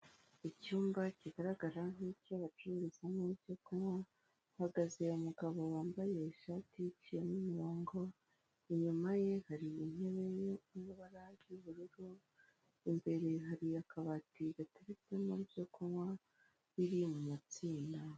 Icyumba kigaragara nk'icy'bacururizamo ibyo kunywa, hahagaze umugabo wambaye ishati iciyemo imirongo. Inyuma ye hari intebe y'ibara ry'ubururu, imbere hari akabati gaturitsemo byo kunywa biri mu matsinda.